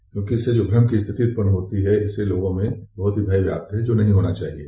क्योंकि इससे जो भ्रम की स्थिति उत्पन्न होती है इससे लोगों में बहुत ही व्याप्त है जो नहीं होना चाहिये